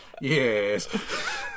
yes